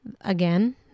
again